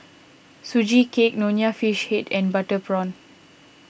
Sugee Cake Nonya Fish Head and Butter Prawn